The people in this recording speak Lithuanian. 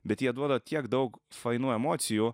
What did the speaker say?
bet jie duoda tiek daug fainų emocijų